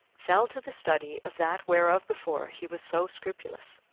fell to the study of that whereof before he was so scrupulous.